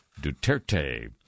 Duterte